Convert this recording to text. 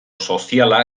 soziala